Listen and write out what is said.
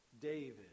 david